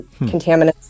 contaminants